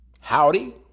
howdy